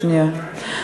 שנייה.